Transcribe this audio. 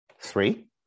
Three